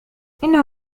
إنه